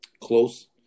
close